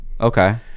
okay